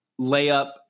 layup